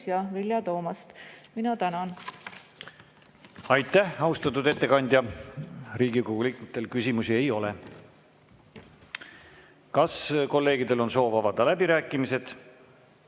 ja Vilja Toomast. Mina tänan. Aitäh, austatud ettekandja! Riigikogu liikmetel küsimusi ei ole. Kas kolleegidel on soov avada läbirääkimised?